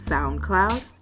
SoundCloud